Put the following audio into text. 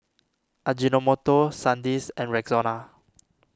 Ajinomoto Sandisk and Rexona